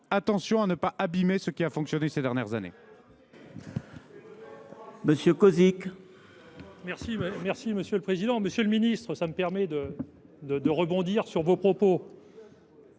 garde à ne pas abîmer ce qui a fonctionné ces dernières années.